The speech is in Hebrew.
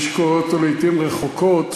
כמי שקורא אותו לעתים רחוקות,